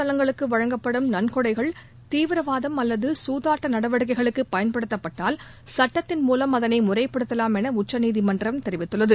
தலங்களுக்கு வழங்கப்படும் நன்கொடைகள் தீவிரவாதம் அல்லது சூதாட்ட வழிபாட்டு நடவடிக்கைகளுக்கு பயன்படுத்தப்பட்டால் சட்டத்தின் மூலம் அதனை முறைப்படுத்தவாம் என உச்சநீதிமன்றம் தெரிவித்துள்ளது